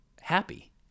happy